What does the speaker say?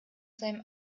seinem